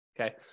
Okay